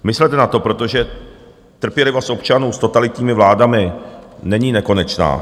Myslete na to, že trpělivost občanů s totalitními vládami není nekonečná.